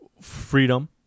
freedom